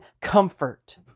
comfort